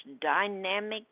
dynamic